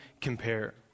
compare